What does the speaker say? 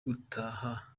gutaha